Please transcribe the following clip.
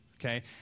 okay